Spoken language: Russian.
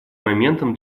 моментом